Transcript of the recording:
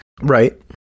Right